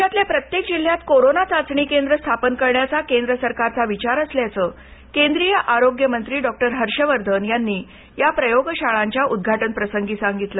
देशातल्या प्रत्येक जिल्हयात कोरोना चाचणीकेंद्र स्थापन करण्याचा केंद्र सरकारचा विचार असल्याचं केंद्रीय आरोग्य मंत्रीडॉक्टर हर्ष वर्धन यांनी या प्रयोगशाळांच्या उद्घाटन प्रसंगी सांगितलं